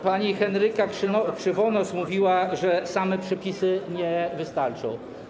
Pani Henryka Krzywonos mówiła, że same przepisy nie wystarczą.